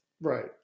Right